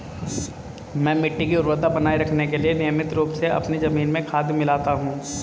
मैं मिट्टी की उर्वरता बनाए रखने के लिए नियमित रूप से अपनी जमीन में खाद मिलाता हूं